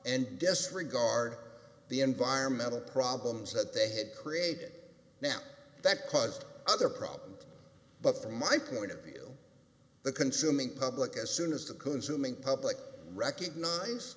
and disregard the environmental problems that they had created now that caused other problems but from my point of view the consuming public as soon as the consuming public recognize